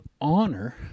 honor